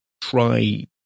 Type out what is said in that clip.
try